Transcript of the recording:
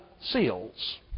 seals